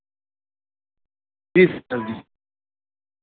جی sir جی